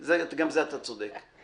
גם בזה אתה צודק.